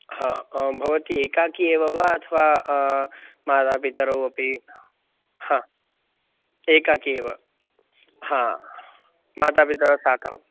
हा भवती एकाकी एव वा अथवा मातापितरौ अपि हा एकाकी एव हा मातापितरौ साकम्